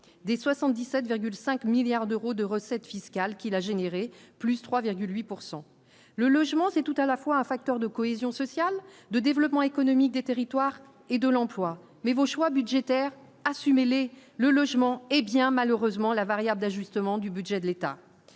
des 77,5 milliards d'euros de recettes fiscales qu'il a généré plus 3 virgule 8 pourcent le logement, c'est tout à la fois un facteur de cohésion sociale de développement économique des territoires et de l'emploi, mais vos choix budgétaires assumez-les, le logement, hé bien malheureusement la variable d'ajustement du budget de l'État,